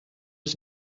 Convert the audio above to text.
was